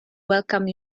welcome